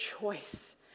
choice